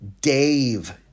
Dave